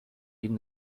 این